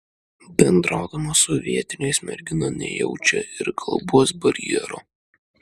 bendraudama su vietiniais mergina nejaučia ir kalbos barjero